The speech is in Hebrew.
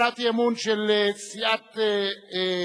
הצעת אי-אמון של סיעת קדימה,